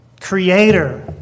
creator